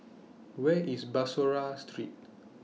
Where IS Bussorah Street